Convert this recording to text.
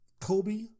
Kobe